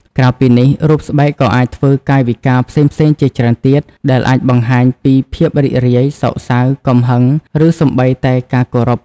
ក្រៅពីនេះ រូបស្បែកក៏អាចធ្វើកាយវិការផ្សេងៗជាច្រើនទៀត ដែលអាចបង្ហាញពីភាពរីករាយ សោកសៅ កំហឹង ឬសូម្បីតែការគោរព។